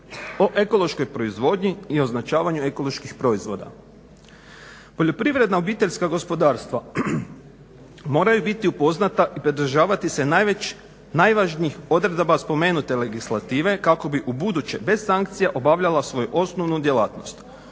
o ekološkoj proizvodnji i označavanju ekoloških proizvoda. Poljoprivredna obiteljska gospodarstva moraju biti upoznata i pridržavati se najvažnijih odredaba spomenute legislative kako bi ubuduće bez sankcija obavljala svoju osnovnu djelatnost.